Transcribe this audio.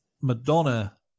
Madonna